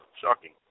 shocking